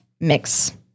mix